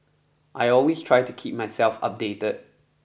I always try to keep myself updated